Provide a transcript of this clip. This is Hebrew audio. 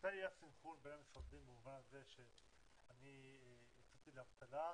מתי יהיה הסנכרון בין המשרדים במובן הזה שאני יצאתי לאבטלה,